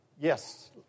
yes